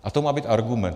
A to má být argument.